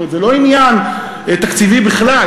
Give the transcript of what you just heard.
זאת אומרת, זה לא עניין תקציבי בכלל.